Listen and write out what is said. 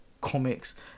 comics